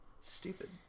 Stupid